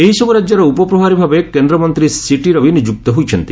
ଏହିସବୁ ରାଜ୍ୟର ଉପପ୍ରଭାରୀ ଭାବେ କେନ୍ଦ୍ରମନ୍ତ୍ରୀ ସିଟି ରବି ନିଯୁକ୍ତ ହୋଇଛନ୍ତି